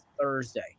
Thursday